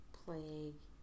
plague